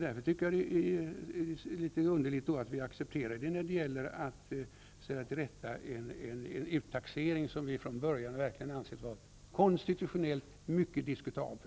Därför tycker jag att det är underligt att vi inte accepterar att man rättar till en uttaxering som vi från början ansett vara konstitutionellt mycket diskutabel.